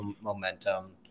momentum